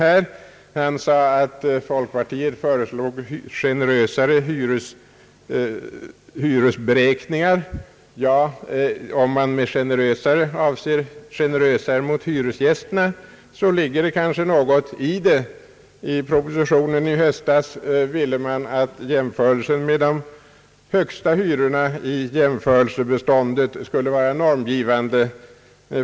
Han sade, att folkpartiet föreslog »generösare hyresberäkningar». Ja, om man med »generösare» avser generösare mot hyresgästerna ligger det kanske något i det. I propositionen i höstas ville man att jämförelsen med de högsta hyrorna i jämförelsebeståndet skulle vara normgivande.